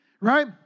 right